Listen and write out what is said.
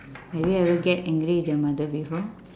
have you ever get angry with your mother before